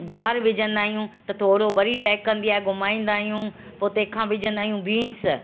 गुआर विझंदा आहियूं त थोरो वरी टहिकंदी आहे घुमाईंदा आहियूं पो तेंखां विझंदा आहियूं बीन्स